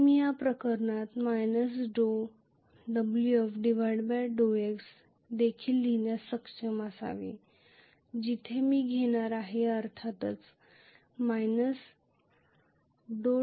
तर मी या प्रकरणात Wf∂x देखील लिहिण्यास सक्षम असावे जिथे मी घेणार आहे अर्थातच Wf∂x